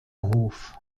hof